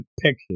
pictures